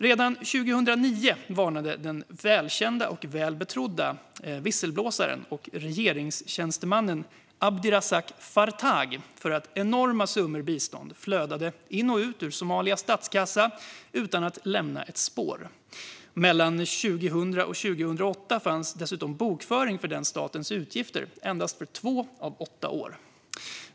Redan 2009 varnade den väl kände och betrodde visselblåsaren och regeringstjänstemannen Abdirazak Faartag för att enorma summor bistånd flödade in och ut ur Somalias statskassa utan att lämna ett spår. Mellan 2000 och 2008 fanns dessutom bokföring för statens utgifter för endast två av åtta år.